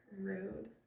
Rude